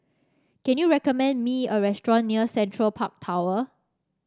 can you recommend me a restaurant near Central Park Tower